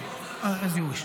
טוב, as you wish.